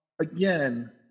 again